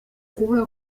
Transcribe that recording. kubura